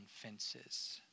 fences